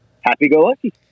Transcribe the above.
happy-go-lucky